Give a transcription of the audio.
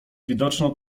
widoczną